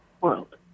world